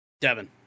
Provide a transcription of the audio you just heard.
Devin